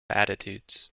attitudes